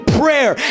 prayer